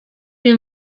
più